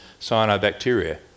cyanobacteria